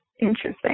Interesting